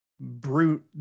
brute